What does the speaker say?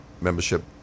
membership